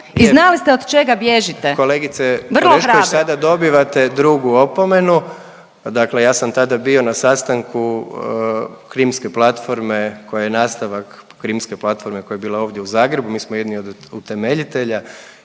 …/Upadica Orešković: Vrlo hrabro./… Orešković sada dobivate drugu opomenu. Dakle, ja sam tada bio na sastanku Krimske platforme koja je nastavak Krimske platforme koja je bila ovdje u Zagrebu, mi smo jedni od utemeljitelja